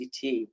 CT